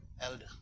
Elder